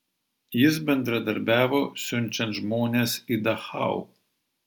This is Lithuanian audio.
jis bendradarbiavo siunčiant žmones į dachau